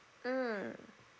mm